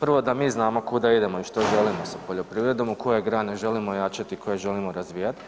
Prvo, da mi znamo kuda idemo i što želimo sa poljoprivredom, u koje grane želimo jačati, koje želimo razvijati,